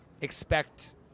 expect